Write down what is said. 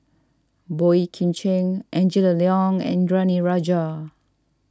Boey Kim Cheng Angela Liong and Indranee Rajah